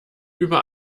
über